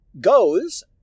goes